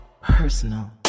personal